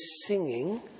singing